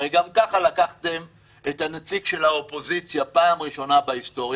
הרי גם ככה לקחתם את הנציג של האופוזיציה פעם ראשונה בהיסטוריה.